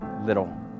little